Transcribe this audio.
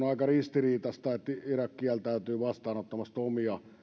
aika ristiriitaista että irak kieltäytyy vastaanottamasta omia